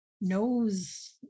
knows